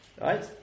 Right